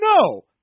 No